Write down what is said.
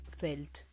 felt